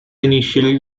initial